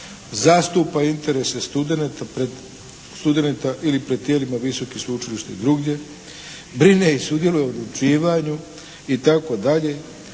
studenata pred, studenata ili pred tijelima visokih sveučilišta i drugdje, brine i sudjeluje u odlučivanju itd.,